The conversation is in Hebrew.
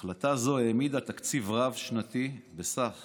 החלטה זו העמידה תקציב רב-שנתי בסך